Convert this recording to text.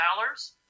dollars